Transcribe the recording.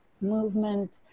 movement